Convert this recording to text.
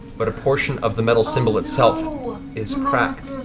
but a portion of the metal symbol itself is cracked.